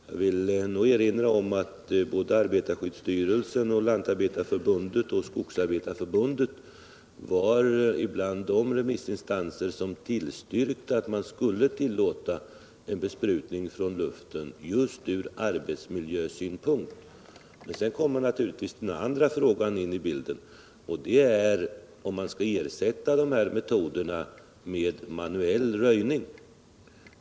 Jag vill erinra om att arbetarskyddsstyrelsen, Lantarbetareförbundet och Skogsarbetareförbundet var bland de remissinstanser som tillstyrkte att man skulle tillåta besprutning från luften just från arbetsmiljösynpunkt. Sedan kommer naturligtvis en annan fråga in i bilden, nämligen om man skall ersätta de här metoderna med manuell röjning.